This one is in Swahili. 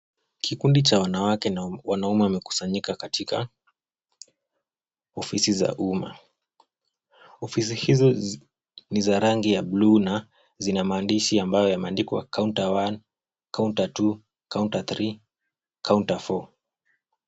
Kikundi cha wanawake na wanaume wamekusanyika katika ofisi za umma. Ofisi hizo ni za rangi ya buluu na zina maandishi ambayo yameandikwa counter one, counter two, counter three, counter four .